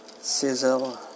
sizzle